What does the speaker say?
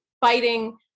fighting